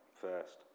first